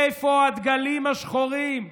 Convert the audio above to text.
איפה הדגלים השחורים?